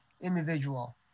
individual